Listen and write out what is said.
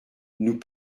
nous